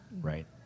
right